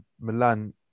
Milan